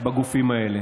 בגופים האלה,